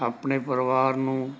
ਆਪਣੇ ਪਰਿਵਾਰ ਨੂੰ